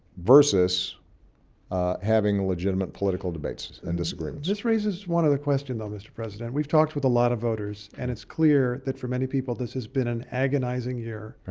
versus having legitimate political debates and disagreements. this raises one other question though, mr. president. we've talked with a lot of voters, and it's clear that for many people this has been an agonizing year,